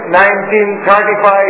1935